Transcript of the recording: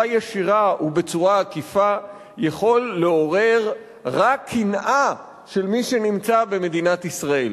ישירה ובצורה עקיפה יכול לעורר רק קנאה של מי שנמצא במדינת ישראל,